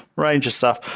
range of stuff.